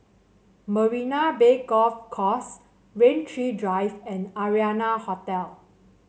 Marina Bay Golf Course Rain Tree Drive and Arianna Hotel